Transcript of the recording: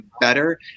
better